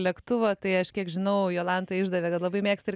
lėktuvą tai aš kiek žinau jolanta išdavė kad labai mėgsta ir